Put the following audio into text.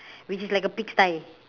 which is like a pig sty